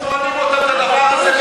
שנתיים עומדים ושואלים אותם את הדבר הזה,